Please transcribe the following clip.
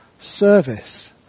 Service